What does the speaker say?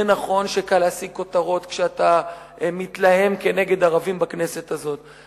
זה נכון שקל להשיג כותרות כשאתה מתלהם כנגד ערבים בכנסת הזאת,